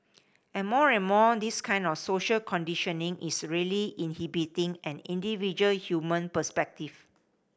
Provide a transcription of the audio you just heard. and more and more this kind of social conditioning is really inhibiting an individual human perspective